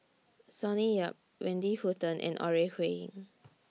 Sonny Yap Wendy Hutton and Ore Huiying